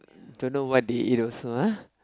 don't know what they eat also lah